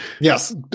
Yes